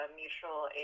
mutual